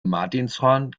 martinshorn